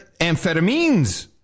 amphetamines